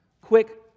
Quick